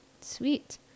sweet